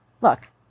Look